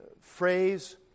phrase